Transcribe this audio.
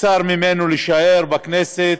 ונבצר ממנו להישאר בכנסת,